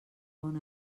bon